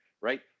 right